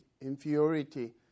inferiority